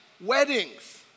weddings